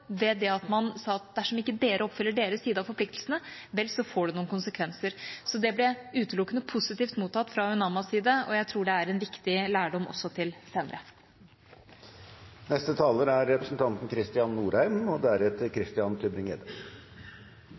alvor, ved at man sa at dersom ikke dere oppfyller deres side av forpliktelsene, får det noen konsekvenser. Så det ble utelukkende positivt mottatt fra UNAMAs side, og jeg tror det er en viktig lærdom også til senere. Jeg vil starte med å uttrykke takknemlighet og